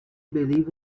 believe